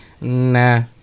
nah